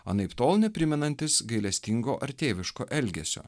anaiptol neprimenantis gailestingo ar tėviško elgesio